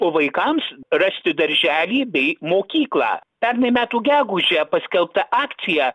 o vaikams rasti darželį bei mokyklą pernai metų gegužę paskelbta akcija